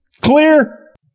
Clear